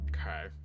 Okay